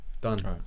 Done